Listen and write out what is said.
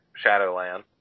Shadowland